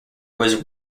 was